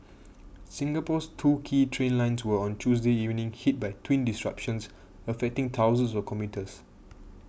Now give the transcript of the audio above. Singapore's two key train lines were on Tuesday evening hit by twin disruptions affecting thousands of commuters